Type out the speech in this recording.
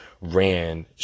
ran